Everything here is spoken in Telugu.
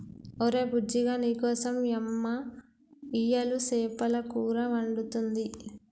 ఒరే బుజ్జిగా నీకోసం యమ్మ ఇయ్యలు సేపల కూర వండుతుంది